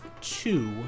two